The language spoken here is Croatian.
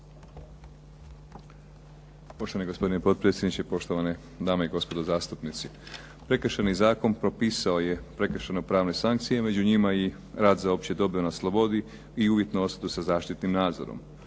Poštovani gospodine potpredsjedniče, poštovane dame i gospodo zastupnici. Prekršajni zakon propisao je prekršajno-pravne sankcije i među njima i rad za opće dobro na slobodi i uvjetnu osudu sa zaštitnim nadzorom.